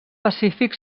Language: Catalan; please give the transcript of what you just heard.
pacífic